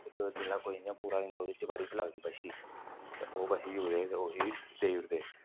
इक जेल्लै कोई इ'यां पूरा होई जंदा ओह्दी चबरीऽ उप्पर लगदी बच्छी ते ओह् बच्छी उसी देई ओड़दे